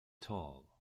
tall